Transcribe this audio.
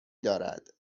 دارد